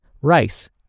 rice